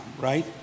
right